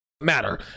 matter